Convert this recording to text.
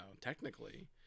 technically